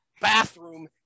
bathroom